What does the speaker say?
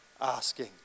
asking